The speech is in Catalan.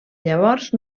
llavors